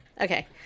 Okay